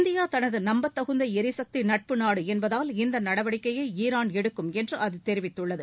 India தனது நம்பத்தகுந்த எரிசக்தி நட்பு நாடு என்பதால் இந்த நடவடிக்கையை ஈரான் எடுக்கும் என்று அது தெரிவித்துள்ளது